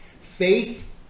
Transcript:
faith